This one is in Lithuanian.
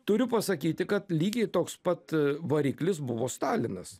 turiu pasakyti kad lygiai toks pat variklis buvo stalinas